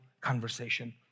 conversation